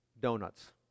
donuts